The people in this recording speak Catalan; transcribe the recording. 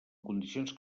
condicions